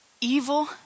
evil